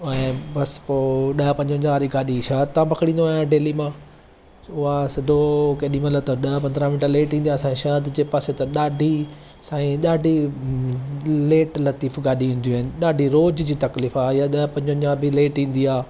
ऐं बसि पोइ ॾह पंजवंजाहु वारी गाॾी शहर था पकिड़ींदो आहियां डेली मां उहा सिधो केॾीमहिल त ॾह पंद्रहं मिंट लेट ईंदो आहे असांजे शहर जे पासे त ॾाढी साईं ॾाढी लेट लतीफ़ गाॾी ईंदियूं आहिनि ॾाढी रोज़ु जी तकुलीफ़ु आहे इहा ॾह पंजवंजाहु बि लेट ईंदी आहे